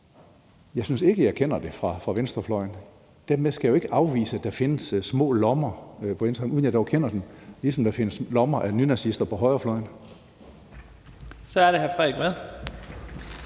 Jeg synes ikke, at jeg kender det fra venstrefløjen. Dermed skal jeg jo ikke afvise, at der findes små lommer på venstrefløjen, uden at jeg dog kender dem, ligesom der findes lommer af nynazister på højrefløjen. Kl. 10:28 Første